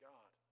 God